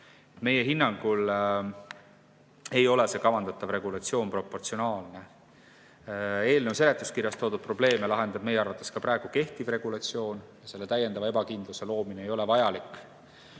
Meie hinnangul ei ole kavandatav regulatsioon proportsionaalne. Eelnõu seletuskirjas toodud probleeme lahendab meie arvates ka praegu kehtiv regulatsioon. Täiendava ebakindluse loomine ei ole vajalik.